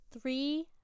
three